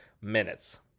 minutes